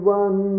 one